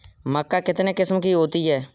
मक्का कितने किस्म की होती है?